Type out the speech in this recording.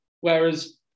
Whereas